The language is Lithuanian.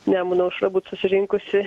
nemuno aušra būtų susirinkusi